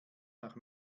nach